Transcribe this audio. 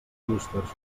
clústers